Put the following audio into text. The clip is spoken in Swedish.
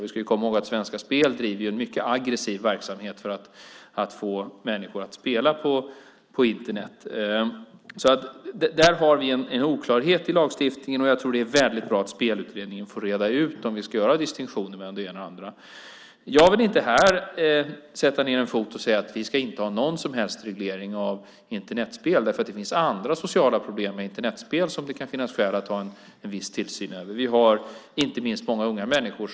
Vi ska komma ihåg att Svenska Spel bedriver en mycket aggressiv verksamhet för att få människor att spela på Internet. Där har vi en oklarhet i lagstiftningen. Jag tror att det är väldigt bra att Spelutredningen får reda ut om vi ska göra distinktioner mellan det ena och det andra. Jag vill inte här sätta ned en fot och säga att vi inte ska ha någon som helst reglering av Internetspel därför att det finns andra sociala problem med Internetspel som det kan finnas skäl att ha en viss tillsyn över. Vi har inte minst många unga människor.